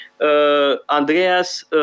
Andreas